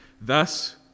Thus